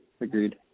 Agreed